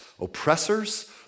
oppressors